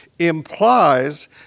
implies